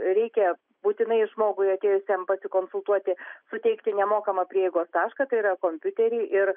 reikia būtinai žmogui atėjusiam pasikonsultuoti suteikti nemokamą prieigos tašką tai yra kompiuterį ir